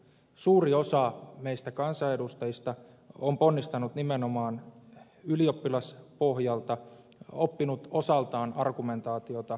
suuri osa meistä kansanedustajista on ponnistanut nimenomaan ylioppilaspohjalta oppinut osaltaan argumentaatiota ylioppilaspolitiikassa